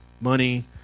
money